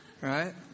right